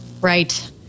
Right